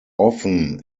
often